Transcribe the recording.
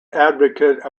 advocate